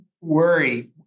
worry